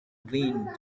vain